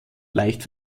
leicht